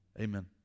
Amen